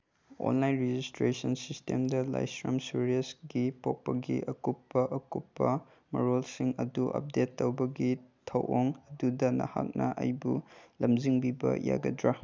online registration ꯁꯤꯁꯇꯦꯝꯗ ꯂꯥꯏꯁ꯭ꯔꯝ ꯁꯨꯔꯦꯁꯒꯤ ꯄꯣꯛꯄꯒꯤ ꯑꯀꯨꯞꯄ ꯑꯀꯨꯞꯄ ꯃꯔꯣꯜꯁꯤꯡ ꯑꯗꯨ ꯑꯄꯗꯦꯠ ꯇꯧꯕꯒꯤ ꯊꯧꯑꯣꯡ ꯑꯗꯨꯗ ꯅꯍꯥꯛꯅ ꯑꯩꯕꯨ ꯂꯝꯖꯤꯡꯕꯤꯕ ꯌꯥꯒꯗ꯭ꯔꯥ